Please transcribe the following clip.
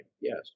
yes